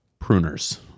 pruners